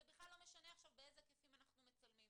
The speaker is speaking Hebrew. זה בכלל לא משנה כעת באיזה היקפים אנחנו מצלמים.